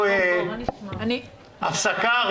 ברור לך שזה לא היה קורה אם לא הייתי חושב שהבן שלך עשה מעשה עילאי?